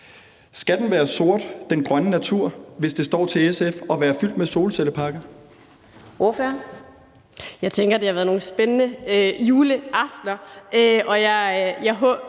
Skal den grønne natur være sort, hvis det står til SF, og være fyldt med solcelleparker?